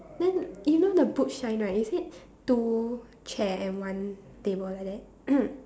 then you know the boot shine right is it two chair and one table like that